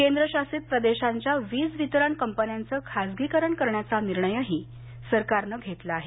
केंद्रशासित प्रदेशांच्या वीज वितरण कंपन्यांचं खाजगीकरण करण्याचा निर्णयही सरकारनं घेतला आहे